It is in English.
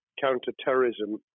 counter-terrorism